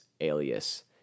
alias